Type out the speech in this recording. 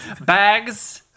Bags